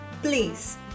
Please